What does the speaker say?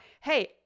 Hey